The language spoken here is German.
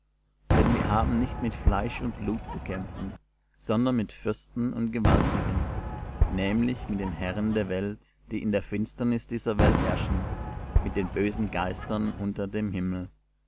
denn wir haben nicht mit fleisch und blut zu kämpfen sondern mit fürsten und gewaltigen nämlich mit den herren der welt die in der finsternis dieser welt herrschen mit den bösen geistern unter dem himmel